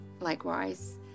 Likewise